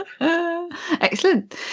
excellent